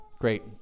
great